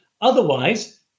Otherwise